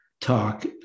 talk